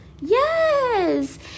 Yes